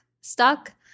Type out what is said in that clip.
stuck